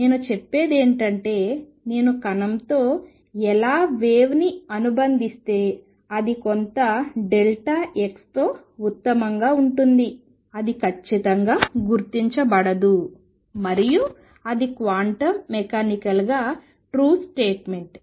నేను చెప్పేదేమిటంటే నేను కణంతో ఎలా వేవ్ని అనుబంధిస్తే అది కొంత డెల్టా x తో ఉత్తమంగా ఉంటుంది అది ఖచ్చితంగా గుర్తించబడదు మరియు అది క్వాంటం మెకానికల్ గా ట్రూ స్టేట్మెంట్